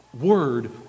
word